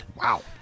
Wow